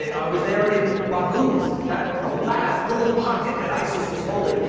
i was there in baghuz. that's the last little pocket that isis was holding,